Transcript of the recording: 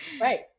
right